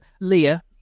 Leah